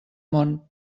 món